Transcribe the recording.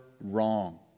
wrong